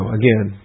again